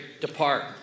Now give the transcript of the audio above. Depart